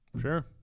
Sure